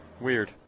Weird